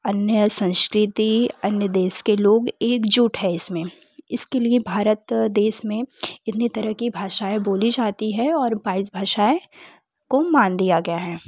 अन्य संस्कृती अन्य देश के लोग एकजुट है इस में इसके लिए भारत देश में इतनी तरह की भाषाएं बोली जाती है और बाईस भाषाएँ को मान्य दिया गया है